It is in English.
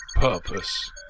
purpose